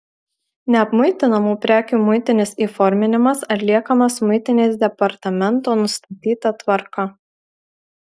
neapmuitinamų prekių muitinis įforminimas atliekamas muitinės departamento nustatyta tvarka